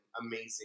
Amazing